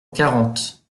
quarante